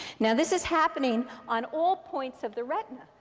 now this is happening on all points of the retina.